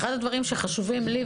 אחד הדברים שחשובים לי,